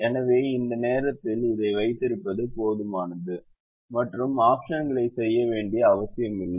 எனவே இந்த நேரத்தில் இதை வைத்திருப்பது போதுமானது மற்றும் ஆபிஷன்களை செய்ய வேண்டிய அவசியமில்லை